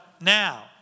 now